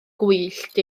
gwyllt